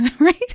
Right